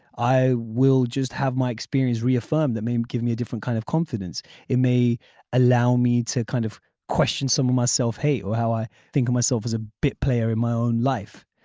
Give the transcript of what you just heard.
i will just have my experience reaffirmed that maybe give me a different kind of confidence it may allow me to kind of question some of my self hate or how i think of myself as a bit player in my own life.